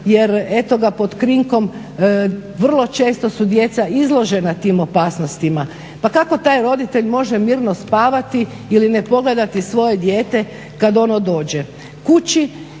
jer eto ga pod krinkom, vrlo često su djeca izložena tim opasnostima. Pa kako taj roditelj može mirno spavati ili ne pogledati svoje dijete dođe